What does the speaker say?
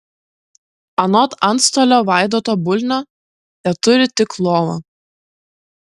anot antstolio vaidoto bulnio teturi tik lovą